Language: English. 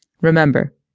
Remember